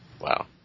Wow